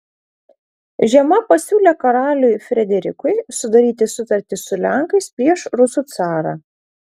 žema pasiūlė karaliui frederikui sudaryti sutartį su lenkais prieš rusų carą